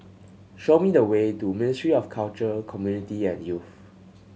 show me the way to Ministry of Culture Community and Youth